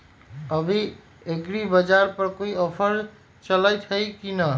अभी एग्रीबाजार पर कोई ऑफर चलतई हई की न?